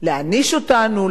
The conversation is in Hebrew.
להעניש אותנו,